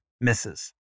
misses